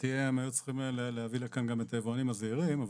לדעתי הם היו צריכים להביא לכאן גם את היבואנים הזעירים.